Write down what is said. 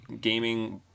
gaming